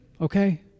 okay